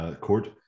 Court